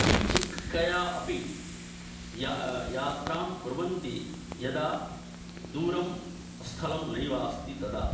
द्विचक्रिकया अपि या यात्रां कुर्वन्ति यदा दूरं स्थलं नैव अस्ति तदा